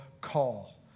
call